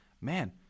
man